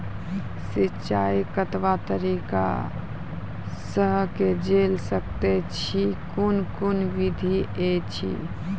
सिंचाई कतवा तरीका सअ के जेल सकैत छी, कून कून विधि ऐछि?